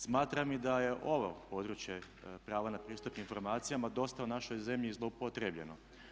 Smatram i da je ovo područje prava na pristup informacijama dosta u našoj zemlji zloupotrijebljeno.